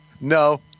No